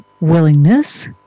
willingness